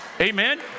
amen